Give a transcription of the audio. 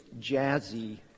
jazzy